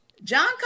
John